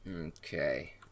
Okay